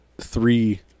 three